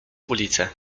ulicę